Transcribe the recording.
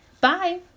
Bye